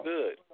Good